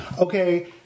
Okay